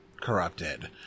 corrupted